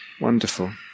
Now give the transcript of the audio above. Wonderful